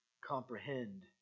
comprehend